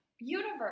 universe